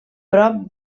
prop